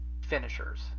finishers